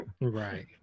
Right